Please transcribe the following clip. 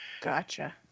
Gotcha